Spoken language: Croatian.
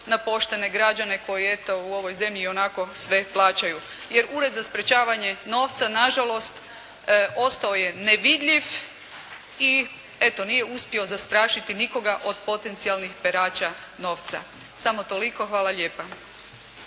na poštene građane koji, eto u ovoj zemlji ionako sve plaćaju. Jer Ured za sprječavanje novca nažalost ostao je nevidljiv i, eto nije uspio zastrašiti nikoga od potencijalnih perača novca. Samo toliko, hvala lijepa.